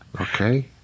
okay